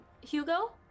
Hugo